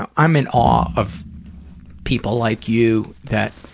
and i'm in awe of people like you that